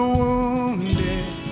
wounded